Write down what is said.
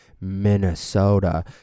Minnesota